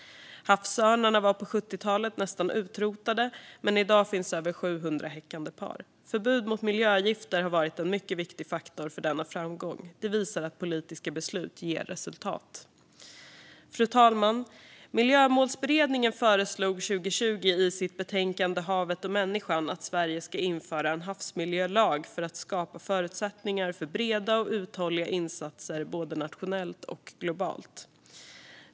Havsörnarna var på 70-talet nästan utrotade, men i dag finns över 700 häckande par. Förbud mot miljögifter har varit en mycket viktig faktor för denna framgång. Det visar att politiska beslut ger resultat. Fru talman! Miljömålsberedningen föreslog 2020 i sitt betänkande Havet och människan att Sverige skulle införa en havsmiljölag för att skapa förutsättningar för breda och uthålliga insatser både nationellt och globalt.